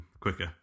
quicker